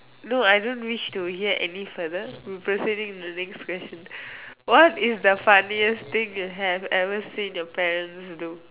no I don't wish to get any further proceeding to the question what is the funniest thing you have ever seen your parents do